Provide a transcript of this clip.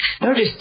notice